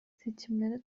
seçimlere